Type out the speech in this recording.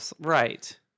Right